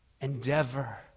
endeavor